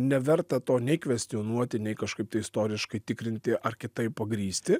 neverta to nei kvestionuoti nei kažkaip istoriškai tikrinti ar kitaip pagrįsti